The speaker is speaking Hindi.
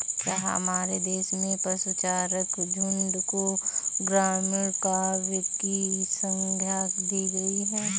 क्या हमारे देश में पशुचारक झुंड को ग्रामीण काव्य की संज्ञा दी गई है?